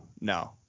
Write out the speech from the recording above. no